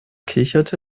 kicherte